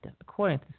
according